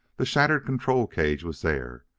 the shattered control cage was there,